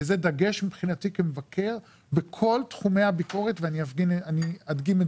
וזה דגש מבחינתי כמבקר בכל תחומי הביקורת ואני אדגים את